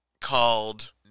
called